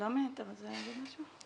שלומי, אתה רוצה להגיד משהו?